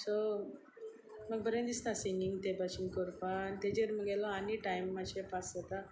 so म्हाका बरें दिसता सिंगींग ते भाशेन करपाक आनी ताचेर म्हगेलो आनी टायम मातशें पास जाता